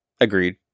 Agreed